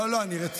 לא, לא, אני רציני.